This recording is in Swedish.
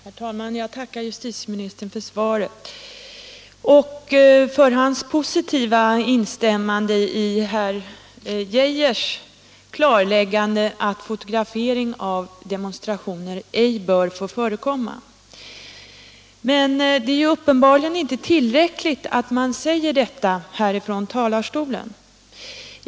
Herr talman! Jag tackar justitieministern för svaret och för hans positiva instämmande i herr Geijers klarläggande att fotografering av demonstrationer ej bör få förekomma. Men det är uppenbarligen inte tillräckligt att man säger detta från den här talarstolen.